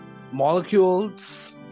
molecules